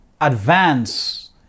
advance